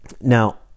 Now